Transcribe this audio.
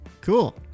Cool